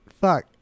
Fuck